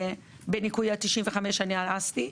בניכוי ה-95 שהרסתי,